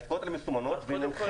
העסקאות האלה מסומנות --- קודם כול,